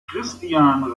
christian